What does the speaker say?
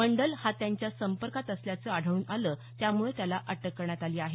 मंडल हा त्यांच्या संपर्कात असल्याचं आढळून आलं त्यामुळे त्याला अटक करण्यात आली आहे